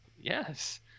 Yes